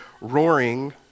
roaring